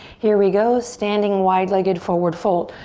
here we go. standing wide-legged forward fold.